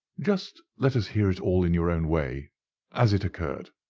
just let us hear it all in your own way as it occurred.